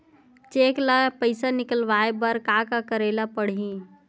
Cheque ले पईसा निकलवाय बर का का करे ल पड़हि?